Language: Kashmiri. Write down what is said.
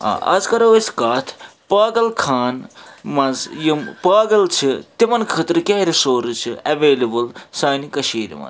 آ اَز کَرو أسۍ کَتھ پاگل خان منٛز یِم پاگل چھِ تِمَن خٲطرٕ کیٚنٛہہ رِسورٕز چھِ ایٚویلیبُل سانہِ کٔشیٖرِ منٛز